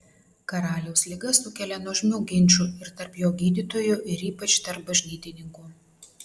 karaliaus liga sukelia nuožmių ginčų ir tarp jo gydytojų ir ypač tarp bažnytininkų